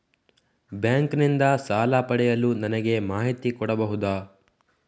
Bank ನಿಂದ ಸಾಲ ಪಡೆಯಲು ನನಗೆ ಮಾಹಿತಿ ಕೊಡಬಹುದ?